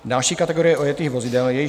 Další kategorie ojetých vozidel, jejichž...